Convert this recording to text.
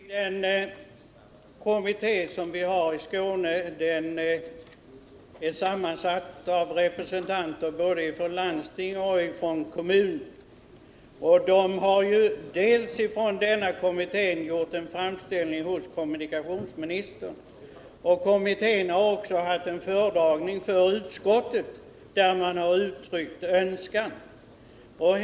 Herr talman! Jag undrar om det Wiggo Komstedt nu har framfört är riktigt med sanningen överensstämmande. Den kommitté vi har i Skåne är sammansatt av representanter både för landsting och för kommuner. Denna kommitté har dels gjort en framställning hos kommunikationsministern, dels haft en föredragning för utskottet där man har uttryckt denna önskan.